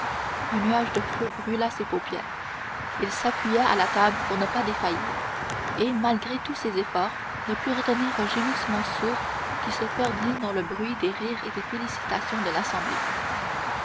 un nuage de feu brûla ses paupières il s'appuya à la table pour ne pas défaillir et malgré tous ses efforts ne put retenir un gémissement sourd qui se perdit dans le bruit des rires et des félicitations de l'assemblée